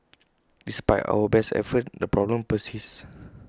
despite our best efforts the problem persists